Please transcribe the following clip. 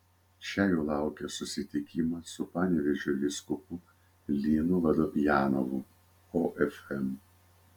čia jų laukia susitikimas su panevėžio vyskupu linu vodopjanovu ofm